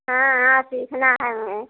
हाँ हाँ सीखना है हमें